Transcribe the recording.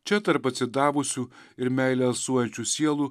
čia tarp atsidavusių ir meile alsuojančių sielų